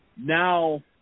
Now